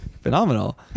phenomenal